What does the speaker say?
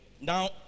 now